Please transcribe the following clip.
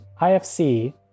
IFC